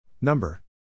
number